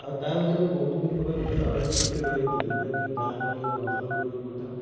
ଆଉ ତା' ଭିତରେ ବହୁତ କି ପ୍ରକାର ବେଳେବେଳେ ଆହୁରି ବି ତ୍ରୁଟି ରହିଯାଉଛି ଯେଉଁଟାକି ଗାଁ ଗହଳି ଅଞ୍ଚଳ ମଧ୍ୟ